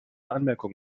anmerkung